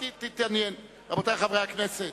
רבותי חברי הכנסת,